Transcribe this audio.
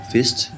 Fist